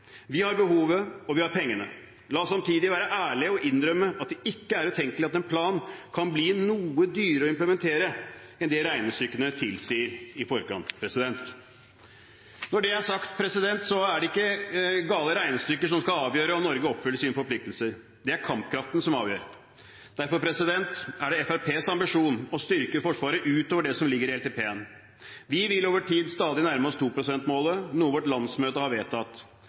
Vi har behovet, og vi har pengene. La oss samtidig være ærlig og innrømme at det ikke er utenkelig at en plan kan bli noe dyrere å implementere enn det regnestykkene tilsier i forkant. Når det er sagt, er det ikke gale regnestykker som skal avgjøre om Norge oppfyller sine forpliktelser. Det er kampkraften som avgjør. Derfor er det Fremskrittspartiets ambisjon å styrke Forsvaret utover det som ligger i LTP-en. Vi vil over tid stadig nærme oss 2 pst.-målet, noe vårt landsmøte har vedtatt.